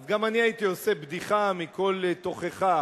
אז גם אני הייתי עושה בדיחה מכל תוכחה,